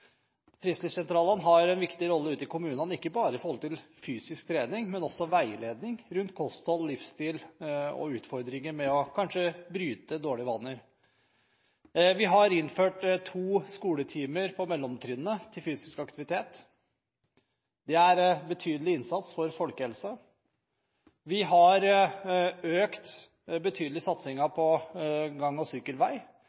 Frisklivssentralene har en viktig rolle ute i kommunene, ikke bare for fysisk trening, men også for veiledning rundt kosthold, livsstil og utfordringer med å bryte dårlige vaner. Vi har innført to skoletimer på mellomtrinnet til fysisk aktivitet. Det er en betydelig innsats for folkehelsen. Vi har økt betydelig